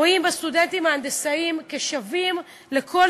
רואים בסטודנטים ההנדסאים שווים לכל